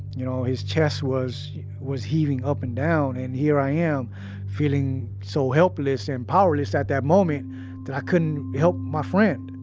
you know, his chest was was heaving up and down, and here i am feeling so helpless and powerless at that moment that i couldn't help my friend.